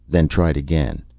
then tried again.